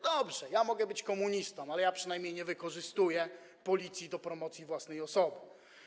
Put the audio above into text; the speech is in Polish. Dobrze, mogę być komunistą, ale przynajmniej nie wykorzystuję Policji do promocji własnej osoby.